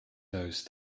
those